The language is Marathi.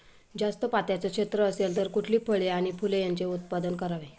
जास्त पात्याचं क्षेत्र असेल तर कुठली फळे आणि फूले यांचे उत्पादन करावे?